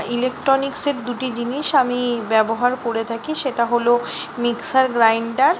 ইলেকট্রনিক্সের দুটি জিনিস আমি ব্যবহার করে থাকি সেটা হলো মিক্সার গ্রাইন্ডার